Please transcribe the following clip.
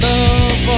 Love